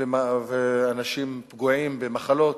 ואנשים פגועים ומחלות,